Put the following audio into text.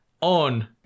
on